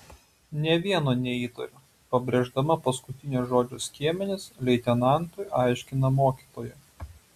nė vieno neįtariu pabrėždama paskutinio žodžio skiemenis leitenantui aiškina mokytoja